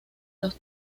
los